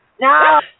No